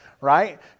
right